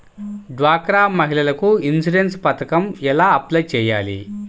డ్వాక్రా మహిళలకు ఇన్సూరెన్స్ పథకం ఎలా అప్లై చెయ్యాలి?